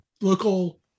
local